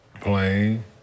Plain